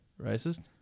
Racist